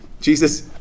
Jesus